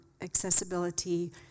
accessibility